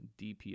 DPS